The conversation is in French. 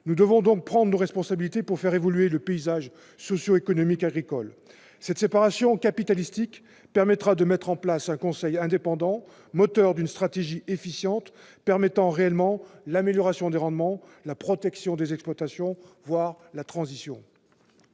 Nous devons donc prendre nos responsabilités pour faire évoluer le paysage socioéconomique agricole. Cette séparation capitalistique permettra de mettre en place un conseil indépendant, moteur d'une stratégie efficiente permettant réellement l'amélioration des rendements, la protection des exploitations, voire la transition